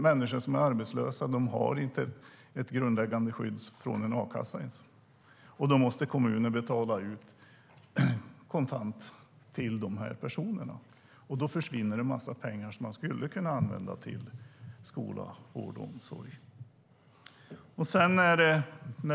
Människor som är arbetslösa har inte ett grundläggande skydd från en a-kassa ens. Då måste kommunen betala ut pengar kontant till de här personerna, och då försvinner en massa pengar som man skulle kunna använda till skola, vård och omsorg.